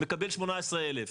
מקבל 18,000 שקל.